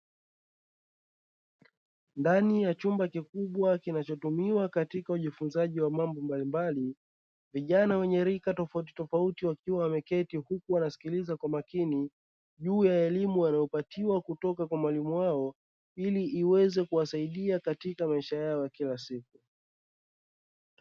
Ndani ya chumba kikubwa kinachotumiwa katika ujifunzaji wa mambo mbalimbali. Vijana wenye rika tofautitofauti wakiwa wameketi huku wanasikiliza kwa makini. Juu ya elimu wanayopatiwa kutoka kwa mwalimu wao ili iweze kuwasaidia katika maisha yao ya kila siku.